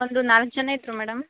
ಒಂದು ನಾಲ್ಕು ಜನ ಇದ್ದರು ಮೇಡಮ್